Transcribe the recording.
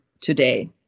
today